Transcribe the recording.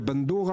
בבנדורה